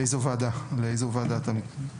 לאיזו ועדה אתה מתכוון?